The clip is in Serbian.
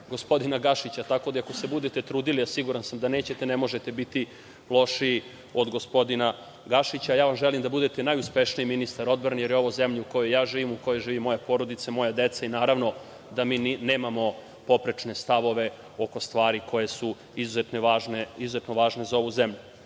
gospodina Gašića, tako da ako se bude trudili, a siguran sam da nećete, ne možete biti lošiji od gospodina Gašića. Želim vam da bude najuspešniji ministar odbrane, jer je ova zemlja u kojoj ja živim, u kojoj živi moja porodica, moja deca i naravno da mi nemamo poprečne stavove oko stvari koje su izuzetno važne za ovu zemlju. Ono